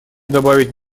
добавить